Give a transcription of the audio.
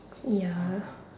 ya